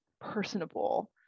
personable